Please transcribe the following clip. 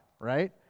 right